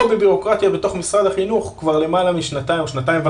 בבירוקרטיה בתוך משרד החינוך כבר למעלה משנתיים או שנתיים וחצי,